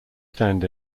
stand